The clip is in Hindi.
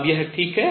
अब यह ठीक है